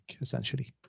essentially